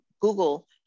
Google